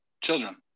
children